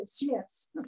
Yes